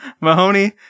Mahoney